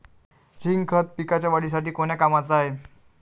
Zinc खत पिकाच्या वाढीसाठी कोन्या कामाचं हाये?